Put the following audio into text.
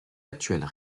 actuelles